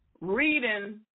reading